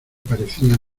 parecían